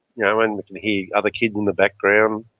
you know and we can hear other kids in the background.